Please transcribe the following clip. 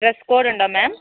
dress code ഉണ്ടോ മാം